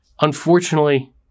unfortunately